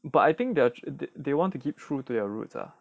but I think their they want to keep true to their roots lah